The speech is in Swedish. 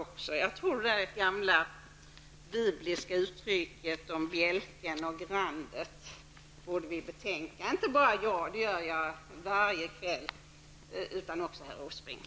Vi borde tänka på det gamla bibliska uttrycket om grandet och bjälken. Inte bara jag -- jag gör det varje kväll -- utan också herr Åsbrink.